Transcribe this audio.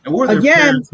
again